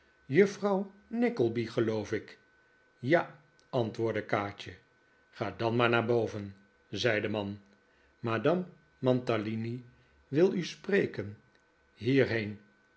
juffrouw nickeby geloof ik ja antwoordde kaatje ga dan maar naar boven zei de man madame mantalini wil u spreken hier